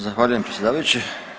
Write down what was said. Zahvaljujem predsjedavajući.